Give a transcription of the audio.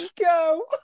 go